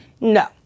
No